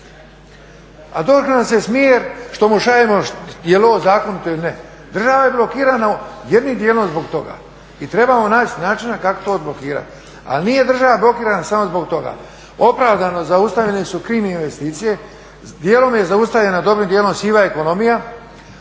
A DORH nam se smije što mu šaljemo je li ovo zakonito ili ne, država je blokirana jednim dijelom zbog toga i trebamo naći načina kako to odblokirati, ali nije država blokirana samo zbog toga, opravdano zaustavljene su krim investicije, dijelom je zaustavljena, dobrim dijelom siva ekonomija,